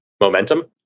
momentum